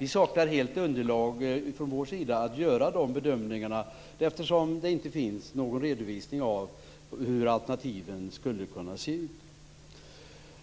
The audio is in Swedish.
Vi saknar från vår sida helt underlag att göra de bedömningarna, eftersom det inte finns någon redovisning av hur alternativen skulle kunna se ut.